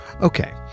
Okay